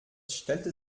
stellte